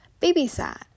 babysat